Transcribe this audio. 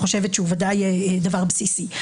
ודאי דבר בסיסי.